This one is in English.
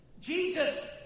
Jesus